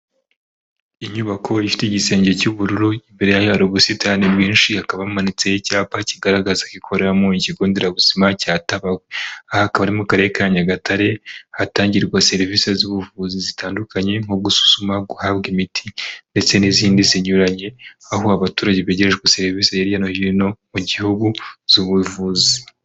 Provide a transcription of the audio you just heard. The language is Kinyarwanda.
Inyubako ifite igisenge cy'ubururu, imbere yayo hari ubusitani bwinshi, hakaba hamanitse icyapa kigaragaza ko gikoreramo ikigo nderabuzima cya Tabagwe, aha hakaba ari mu karere ka Nyagatare, hatangirwa serivisi z'ubuvuzi zitandukanye nko gusuzuma, guhabwa imiti ndetse n'izindi zinyuranye. aho abaturage begerejwe serivisi hirya no hino mu gihugu z'ubuvuzi.